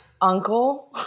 uncle